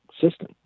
system